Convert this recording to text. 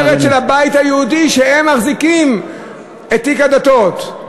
במשמרת של הבית היהודי, שהם מחזיקים את תיק הדתות.